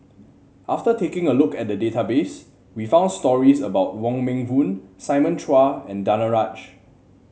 after taking a look at the database we found stories about Wong Meng Voon Simon Chua and Danaraj